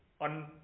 on